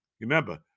Remember